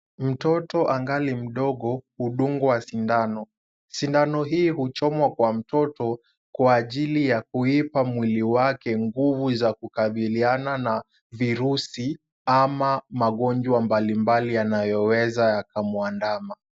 Mtoto angali mdogo hudungwa sindano. Sindano hii huchomwa kwa mtoto kwa ajili ya kuipa mwili wake nguvu za kukabiliana na virusi ama magonjwa mbalimbali yanayoweza yakamwaandama.